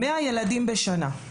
100 ילדים בשנה,